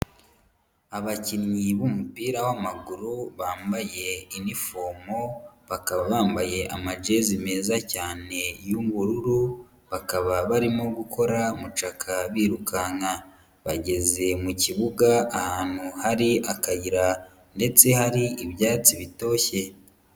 Abakinnyi b'umupira w'amaguru bambaye inifomo bakaba bambaye amajezi meza cyane y'ubururu bakaba barimo gukora mucaka birukanka, bageze mu kibuga ahantu hari akayira ndetse hari ibyatsi bitoshye.